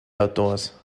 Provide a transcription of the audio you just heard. outdoors